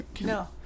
No